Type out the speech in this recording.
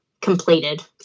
completed